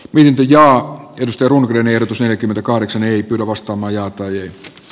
opintojaan turunen erotus neljäkymmentäkahdeksan ei pidä vastamajaa töihin